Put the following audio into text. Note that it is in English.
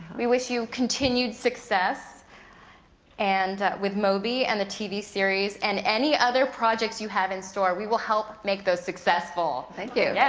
we wish you continued success and with moby and the tv series and any other projects you have in store. we will help make those successful. thank you! yeah